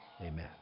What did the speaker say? amen